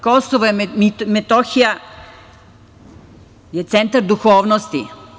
Kosovo i Metohija je centar duhovnosti.